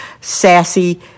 sassy